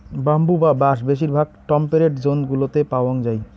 bamboo বা বাঁশ বেশিরভাগ টেম্পেরেট জোন গুলোত পাওয়াঙ যাই